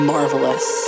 Marvelous